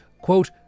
quote